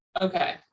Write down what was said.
okay